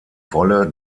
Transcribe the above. wolle